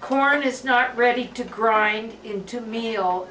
corn is not ready to grind into a meal